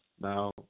Now